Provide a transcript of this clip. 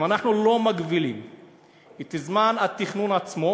אם אנחנו לא מגבילים את זמן התכנון עצמו,